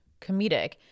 comedic